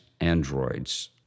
androids